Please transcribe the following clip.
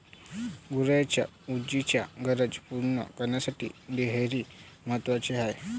गुरांच्या ऊर्जेच्या गरजा पूर्ण करण्यासाठी डेअरी महत्वाची आहे